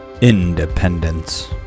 Independence